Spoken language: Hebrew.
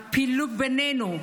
את הפילוג בינינו,